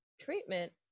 treatment